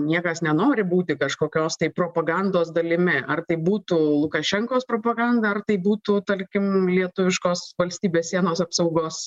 niekas nenori būti kažkokios tai propagandos dalimi ar tai būtų lukašenkos propaganda ar tai būtų tarkim lietuviškos valstybės sienos apsaugos